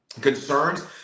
concerns